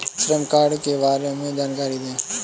श्रम कार्ड के बारे में जानकारी दें?